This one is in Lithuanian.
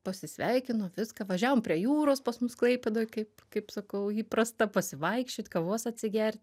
pasisveikino viską važiavom prie jūros pas mus klaipėdoj kaip kaip sakau įprasta pasivaikščiot kavos atsigert